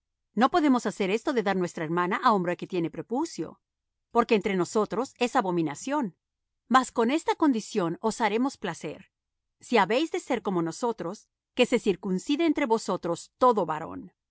no podemos hacer esto de dar nuestra hermana á hombre que tiene prepucio porque entre nosotros es abominación mas con esta condición os haremos placer si habéis de ser como nosotros que se circuncide entre vosotros todo varón